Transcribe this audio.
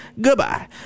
Goodbye